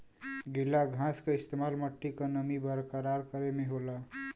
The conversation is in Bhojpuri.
गीला घास क इस्तेमाल मट्टी क नमी बरकरार करे में होला